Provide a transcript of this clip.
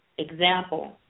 example